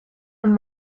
und